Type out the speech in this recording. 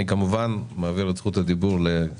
אני, כמובן, מעביר את זכות הדיבור לשרה.